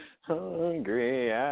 hungry